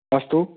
अस्तु